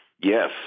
yes